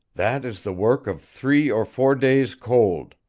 that is the work of three or four days' cold.